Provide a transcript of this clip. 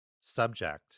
subject